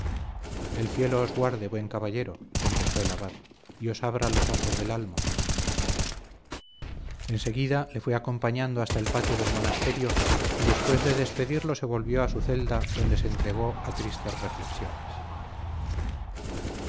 el cielo os guarde buen caballero contestó el abad y os abra los ojos del alma enseguida le fue acompañando hasta el patio del monasterio y después de despedirlo se volvió a su celda donde se entregó a tristes reflexiones